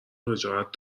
وجاهت